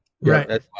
Right